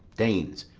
danes.